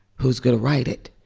who's going to write it?